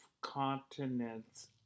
continents